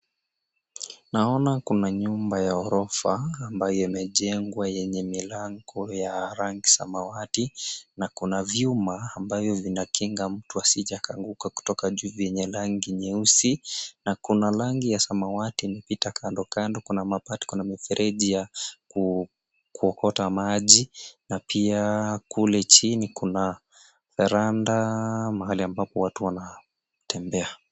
Naona kuna nyumba ya orofa ambayo ime jengwa yenye milango ya rangi samawati na kuna vyuma ambayo vinakinga mtu asije aka anguka kutoka juu vyenye rangi nyeusi na kuna rangi ya samawati imepita kando kando. Kuna maptko na mifereji ya kuokota maji na pia kule chini kuna varanda mahali ambapo watu wanatembea.